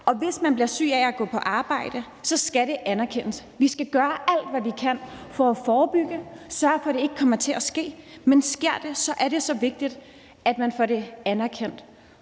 og hvis man bliver syg af at gå på arbejde, skal det anerkendes. Vi skal gøre alt, hvad vi kan, for at forebygge og sørge for, at det ikke kommer til at ske, men sker det, er det så vigtigt, at man får det anerkendt.